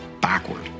backward